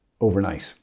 overnight